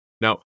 Now